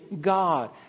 God